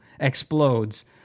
explodes